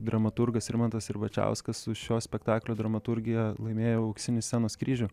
dramaturgas rimantas ribačiauskas su šio spektaklio dramaturgija laimėjo auksinį scenos kryžių